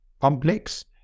complex